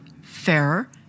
fairer